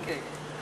אה, אוקיי.